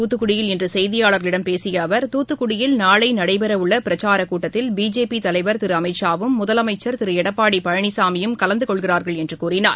தூத்துக்குடியில் இன்றுசெய்தியாளா்களிடம் பேசியஅவா் தூத்துக்குடியில் நாளைநடைபெறும் பிரச்சாரக் கூட்டத்தில் பிஜேபிதலைவர் திருஅமித்ஷா வும் முதலமைச்சர் திருஎடப்பாடிபழனிசாமியும் கலந்துக் கொள்கிறாாகள் என்றும் அவர் கூறினார்